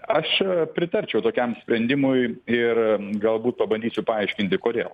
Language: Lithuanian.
aš pritarčiau tokiam sprendimui ir galbūt pabandysiu paaiškinti kodėl